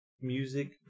music